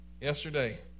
yesterday